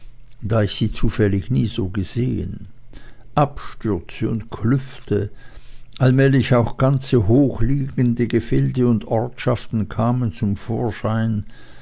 da ich sie zufällig nie so gesehen abstürze und klüfte allmählich auch ganze hochliegende gefilde und ortschaften kamen zum vorschein